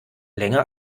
länger